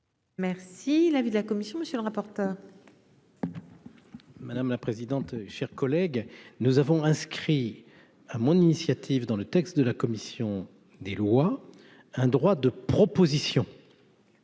Merci la vue de la commission, monsieur le rapporteur. Madame la présidente, chers collègues, nous avons inscrit à mon initiative, dans le texte de la commission des lois, un droit de propositions